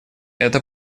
это